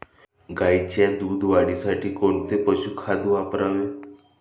गाईच्या दूध वाढीसाठी कोणते पशुखाद्य वापरावे?